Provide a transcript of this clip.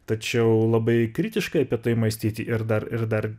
tačiau labai kritiškai apie tai mąstyti ir dar ir dar